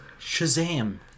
shazam